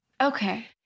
Okay